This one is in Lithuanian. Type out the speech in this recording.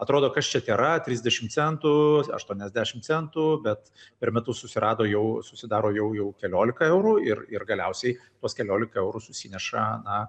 atrodo kas čia tėra trisdešim centų aštuoniasdešimt centų bet per metus susirado jau susidaro jau jau keliolika eurų ir ir galiausiai tuos keliolika eurų susineša na